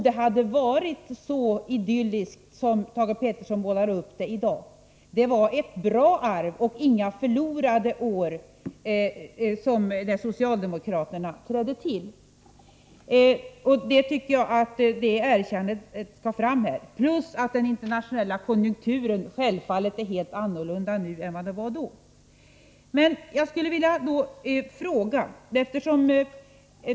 Det var ett bra arv när socialdemokraterna trädde till. Det var inga förlorade år. Jag tycker att det erkännandet skall fram här plus ett erkännande av att den internationella konjunkturen självfallet är helt annorlunda nu än den var då. Jag skulle vilja ta upp en annan fråga.